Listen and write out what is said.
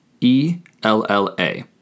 E-L-L-A